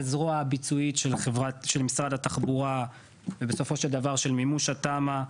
כזרוע הביצועית של משרד התחבורה ובסופו של דבר של מימוש התמ"א,